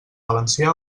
valencià